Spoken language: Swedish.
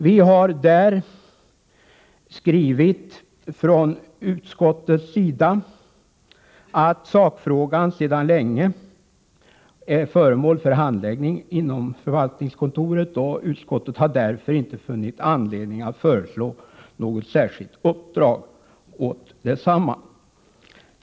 Vi har där skrivit från utskottets sida att sakfrågan sedan länge är föremål för handläggning inom förvaltningskontoret och utskottet har därför inte funnit anledning att föreslå något särskilt uppdrag åt detsamma.